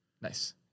Nice